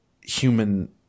human